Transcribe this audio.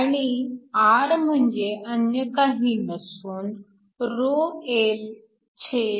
आणि R म्हणजे अन्य काही नसून ρlA